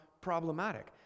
problematic